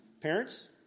parents